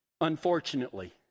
unfortunately